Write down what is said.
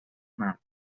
mar